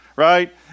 Right